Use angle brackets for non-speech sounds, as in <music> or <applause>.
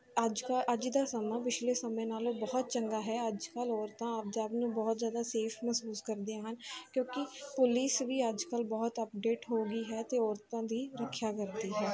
ਅੱਜ ਦਾ ਅੱਜ ਦਾ ਸਮਾਂ ਪਿਛਲੇ ਸਮੇਂ ਨਾਲੋਂ ਬਹੁਤ ਚੰਗਾ ਹੈ ਅੱਜ ਕੱਲ੍ਹ ਔਰਤਾਂ ਆਪ <unintelligible> ਬਹੁਤ ਜ਼ਿਆਦਾ ਸੇਫ ਮਹਿਸੂਸ ਕਰਦੇ ਹਨ ਕਿਉਂਕਿ ਪੁਲਿਸ ਵੀ ਅੱਜ ਕੱਲ੍ਹ ਬਹੁਤ ਅਪਡੇਟ ਹੋ ਗਈ ਹੈ ਅਤੇ ਔਰਤਾਂ ਦੀ ਰੱਖਿਆ ਕਰਦੀ ਹੈ